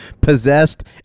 possessed